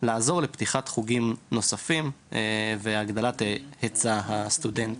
לעזור לפתיחת חוגים נוספים והגדלת היצע הסטודנטים.